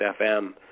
FM